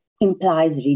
implies